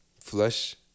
Flush